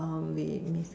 we miss